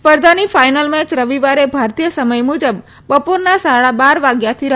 સ્પર્ધાની final match રવિવારે ભારતીય સમય મુજબ બપોરના સાડા બાર વાગ્યાથી રમાશે